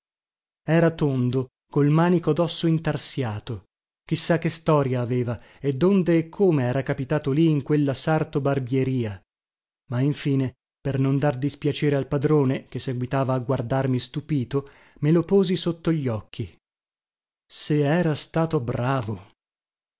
era tondo col manico dosso intarsiato chi sa che storia aveva e donde e come era capitato lì in quella sarto barbieria ma infine per non dar dispiacere al padrone che seguitava a guardarmi stupito me lo posi sotto gli occhi se era stato bravo